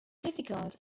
difficult